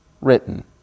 written